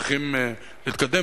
צריכים להתקדם,